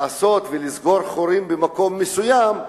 לעשות ולסגור חורים במקום מסוים,